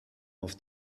auf